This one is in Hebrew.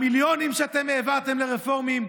המיליונים שאתם העברתם לרפורמים.